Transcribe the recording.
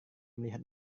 melihat